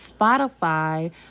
spotify